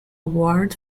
award